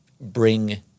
bring